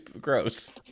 Gross